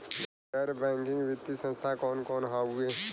गैर बैकिंग वित्तीय संस्थान कौन कौन हउवे?